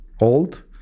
old